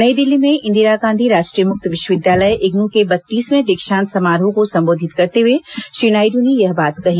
नई दिल्ली में इंदिरा गांधी राष्ट्रीय मुक्त विश्वविद्यालय इग्नू के बत्तीसवें दीक्षांत समारोह को संबोधित करते हुए श्री नायडू ने यह बात कही